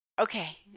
Okay